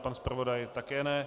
Pan zpravodaj také ne.